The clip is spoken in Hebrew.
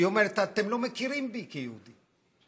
שאומרת: אתם לא מכירים בי כיהודי.